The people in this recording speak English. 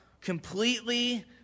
completely